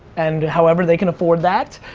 and however they can afford that,